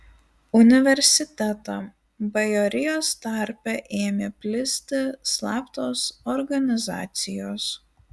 universitetą bajorijos tarpe ėmė plisti slaptos organizacijos